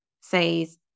says